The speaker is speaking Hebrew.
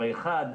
האחד,